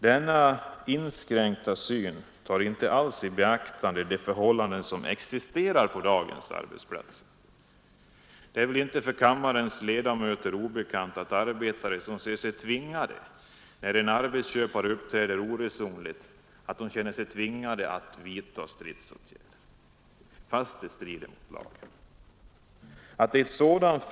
Denna inskränkta syn tar inte alls i beaktande de förhållanden som existerar på dagens arbetsplatser. Det är väl inte för kammarens ledamöter obekant att arbetare ser sig tvingade att, när arbetsköpare uppträder oresonligt, vidta stridsåtgärder trots att det strider mot lagen.